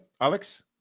Alex